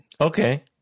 Okay